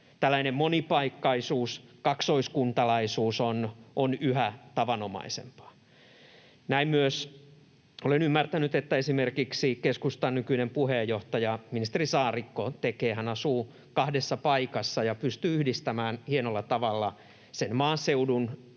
Tällainen monipaikkaisuus, kaksoiskuntalaisuus, on yhä tavanomaisempaa. Olen ymmärtänyt, että näin myös esimerkiksi keskustan nykyinen puheenjohtaja ministeri Saarikko tekee: hän asuu kahdessa paikassa ja pystyy yhdistämään hienolla tavalla sen maaseudun